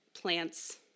plants